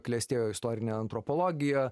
klestėjo istorinė antropologija